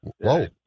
Whoa